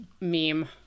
meme